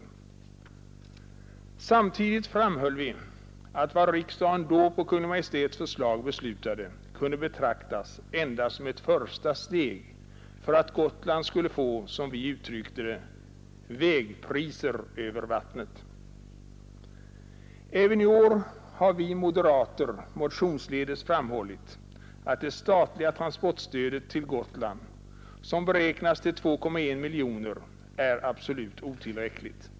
Samtidigt framhöll vi att vad riksdagen då på Kungl. Maj:ts förslag beslutade endast kunde betraktas som ett första steg för att Gotland skulle få, som vi uttryckte det, ”vägpriser över vattnet”. Även i år har vi moderater motionsledes framhållit att det statliga transportstödet till Gotland, som beräknas till 2,1 miljoner kronor, är absolut otillräckligt.